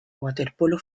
waterpolo